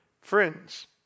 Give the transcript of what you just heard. Friends